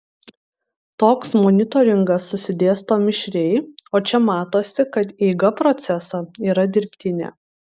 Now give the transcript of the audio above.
toks monitoringas susidėsto mišriai o čia matosi kad eiga proceso yra dirbtinė